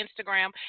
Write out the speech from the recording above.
Instagram